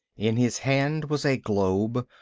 in his hand was a globe,